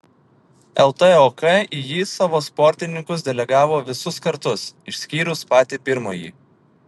ltok į jį savo sportininkus delegavo visus kartus išskyrus patį pirmąjį